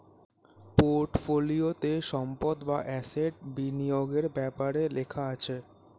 পোর্টফোলিওতে সম্পদ বা অ্যাসেট বিনিয়োগের ব্যাপারে লেখা থাকে